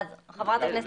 מה החלטתם?